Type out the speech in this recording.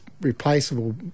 replaceable